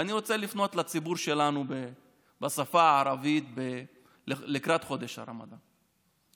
ואני רוצה לפנות לציבור שלנו בשפה הערבית לקראת חודש הרמדאן.